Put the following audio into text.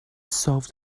solve